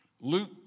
Luke